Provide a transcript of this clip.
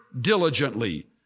diligently